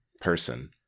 person